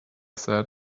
said